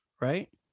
right